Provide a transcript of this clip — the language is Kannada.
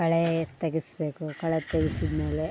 ಕಳೆ ತೆಗೆಸ್ಬೇಕು ಕಳೆ ತೆಗ್ಸಿದಮೇಲೆ